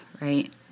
Right